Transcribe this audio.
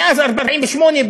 מאז 1948,